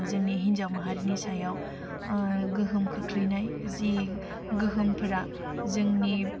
जोंनि हिन्जाव माहारिनि सायाव गोहोम खोख्लैनाय जि गोहोमफोरा जोंनि